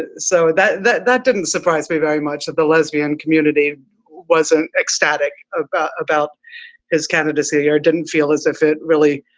so that that that didn't surprise me. very much of the lesbian community wasn't ecstatic about about his candidacy or didn't feel as if it really